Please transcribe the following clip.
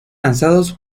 lanzados